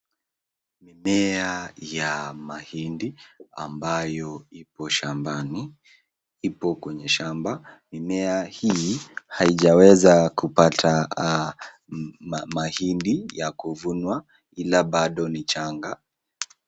Mimea ya mahindi ambayo ipo shambani ipo kwenye shamba. Mimea hii haijaweza kupata mahindi ya kuvunwa ila bado ni changa.